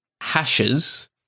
hashes